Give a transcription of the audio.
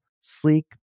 sleek